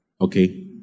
Okay